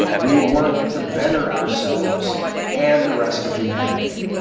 we work to better ourselves and the rest of humanity.